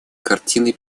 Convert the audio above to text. картины